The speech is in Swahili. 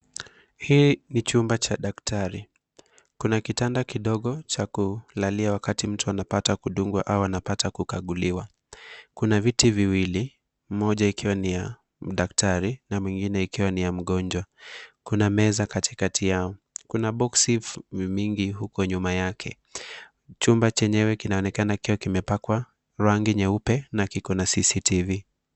Hii ni chumba cha daktari. Kuna kitanda kidogo cha kulalia wakati mtu anapata kudungwa au anapata kukaguliwa. Kuna viti viwili moja ikiwa ni ya daktari na mwingine ikiwa ni ya mgonjwa. Kuna meza katikati yao. Kuna boksi mibgi huko nyuma yake. Chumba chenyewe kinaonekana kikiwa kimepakwa rangi nyeupe na kiko na CCTV.